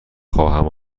خواهم